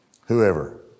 whoever